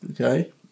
Okay